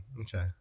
Okay